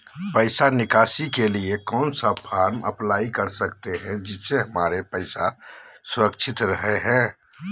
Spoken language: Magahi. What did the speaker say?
पैसा निकासी के लिए कौन सा फॉर्म अप्लाई कर सकते हैं जिससे हमारे पैसा सुरक्षित रहे हैं?